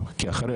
אם יש מספר בתי